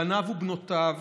בניו ובנותיו,